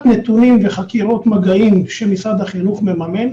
נתונים וחקירות מגעים שמשרד החינוך מממן